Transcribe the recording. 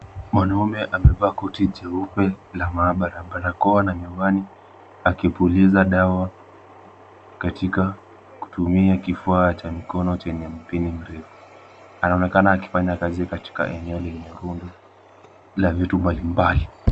Mwanaume amevaa koti jeupe la maabara, barakoa na miwani, akipuliza dawa katika kutumia kifaa cha mikono chenye mpini mrefu. Anaonekana akifanya kazi katika eneo lenye rundo la vitu mbalimbali.